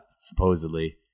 supposedly